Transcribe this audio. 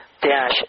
dash